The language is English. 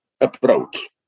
approach